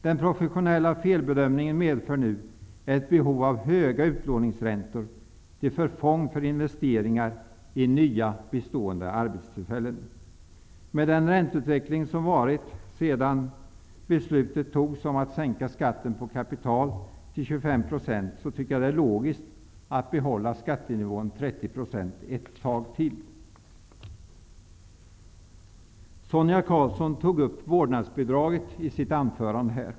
Den professionella felbedömningen medför nu ett behov av höga utlåningsräntor till förfång för investeringar i nya bestående arbetstillfällen. Med den ränteutvekling som varit sedan beslutet att sänka skatten på kapital till 25 % fattades var det logiskt att bibehålla skattenivån 30 % ett tag till. Sonia Karlsson tog upp vårdnadsbidraget i sitt anförande.